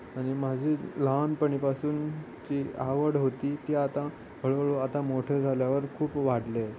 आणि माझी लहानपणीपासूनची आवड होती ती आता हळूहळू आता मोठे झाल्यावर खूप वाढले